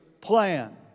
plan